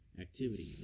activity